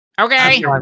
Okay